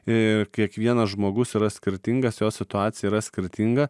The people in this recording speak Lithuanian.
ir kiekvienas žmogus yra skirtingas jo situacija yra skirtinga